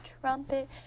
trumpet